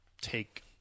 take